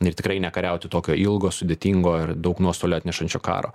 ir tikrai nekariauti tokio ilgo sudėtingo ir daug nuostolių atnešančio karo